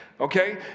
Okay